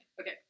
Okay